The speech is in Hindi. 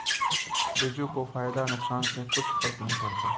बिरजू को फायदा नुकसान से कुछ फर्क नहीं पड़ता